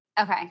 Okay